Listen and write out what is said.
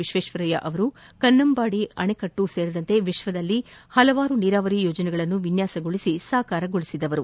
ವಿಶ್ವೇಶ್ವರಯ್ಯ ಅವರು ಕನ್ನಂಬಾಡಿ ಆಣೆಕಟ್ಟು ಸೇರಿದಂತೆ ವಿಶ್ವದಲ್ಲಿ ಪಲವಾರು ನೀರಾವರಿ ಯೋಜನೆಗಳನ್ನು ವಿನ್ವಾಸಗೊಳಿಸಿ ಸಾಕಾರಗೊಳಿಸಿದವರು